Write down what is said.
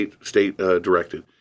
state-directed